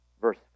Verse